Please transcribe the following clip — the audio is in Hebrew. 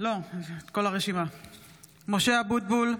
(קוראת בשמות חברי הכנסת) משה אבוטבול,